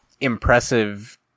impressive